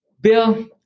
Bill